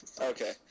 okay